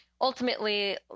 ultimately